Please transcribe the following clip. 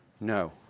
No